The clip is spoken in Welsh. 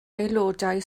aelodau